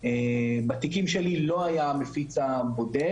בתיקים שלי לא היה המפיץ הבודד.